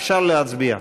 אפשר להצביע.